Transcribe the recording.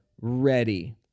ready